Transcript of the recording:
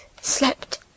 slept